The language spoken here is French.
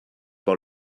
par